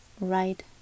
right